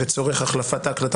כעקרונות על.